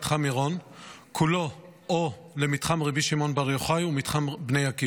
מירון כולו או למתחם רבי שמעון בר יוחאי או מתחם בני עקיבא.